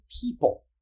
people